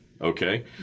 Okay